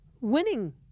winning